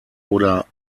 oder